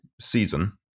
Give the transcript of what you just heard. season